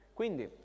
quindi